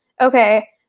okay